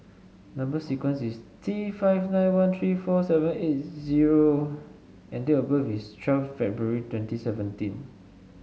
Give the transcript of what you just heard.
number sequence is T five nine one three four seven eight zero and date of birth is twelve February twenty seventeen